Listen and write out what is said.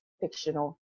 fictional